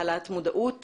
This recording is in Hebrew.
העלאת מודעות